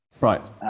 Right